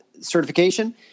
Certification